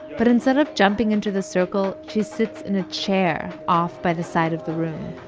but instead of jumping into the circle, she sits in a chair off by the side of the room.